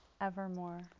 evermore